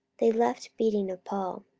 they left beating of paul.